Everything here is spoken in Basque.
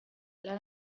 lan